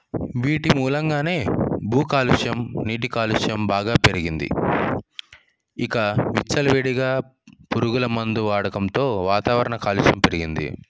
వీటిమూలంగానే భూ కాలుష్యం నీటి కాలుష్యం బాగా పెరిగింది ఇక విచ్చలవిడిగా పురుగుల మందు వాడకంతో వాతావరణ కాలుష్యం పెరిగింది